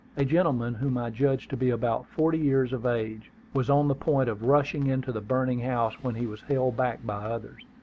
a gentleman whom i judged to be about forty years of age was on the point of rushing into the burning house when he was held back by others.